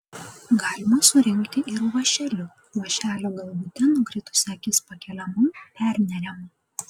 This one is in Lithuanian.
galima surinkti ir vąšeliu vąšelio galvute nukritusi akis pakeliama perneriama